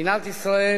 מדינת ישראל